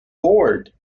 board